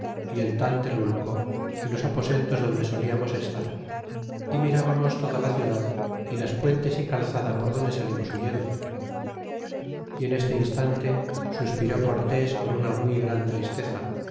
y el taltelulco y los aposentos donde soñamos estar y mirábamos toda la ciudad y las puentes y calzada por donde salimos huyendo y en este instante suspiró cortés con una muy gran tristeza